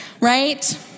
Right